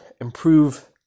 improve